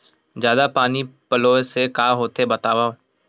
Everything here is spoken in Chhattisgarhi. जादा पानी पलोय से का होथे बतावव?